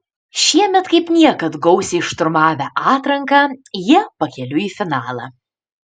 šiemet kaip niekad gausiai šturmavę atranką jie pakeliui į finalą